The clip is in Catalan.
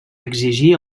exigir